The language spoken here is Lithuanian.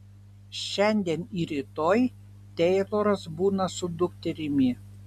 šiandien ir rytoj teiloras būna su dukterimi